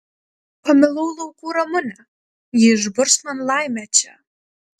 pamilau laukų ramunę ji išburs man laimę čia